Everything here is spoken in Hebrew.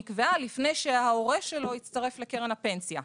נקבעה לפני שההורה שלו הצטרף לקרן הפנסיה.